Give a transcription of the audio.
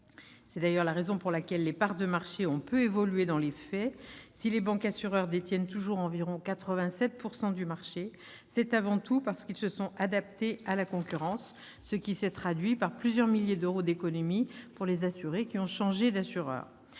C'est d'ailleurs la raison pour laquelle les parts de marché ont peu évolué dans les faits : si les bancassureurs détiennent toujours environ 87 % du marché, c'est avant tout parce qu'ils se sont adaptés à la concurrence, ce qui s'est traduit par plusieurs milliers d'euros d'économie pour les assurés ayant changé d'assureur.